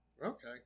Okay